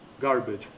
garbage